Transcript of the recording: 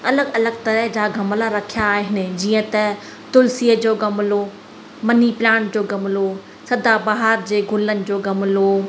अलॻि अलॻि तरह जा गमला रखिया आहिनि जीअं त तुलसीअ जो गमलो मनी प्लांट जो गमलो सदाबहार जे गुलनि जो गमलो